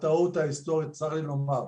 צר לי לומר,